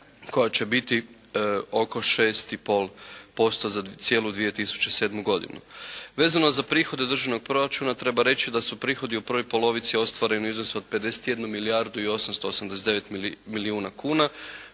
koja će biti oko 6 i pol posto za cijelu 2007. godinu. Vezano za prihode Državnog proračuna treba reći da su prihodi u prvoj polovici ostvareni u iznosu od 51 milijardu i 889 milijuna kuna